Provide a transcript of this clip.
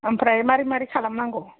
ओमफ्राय मारै मारै खालामनांगौ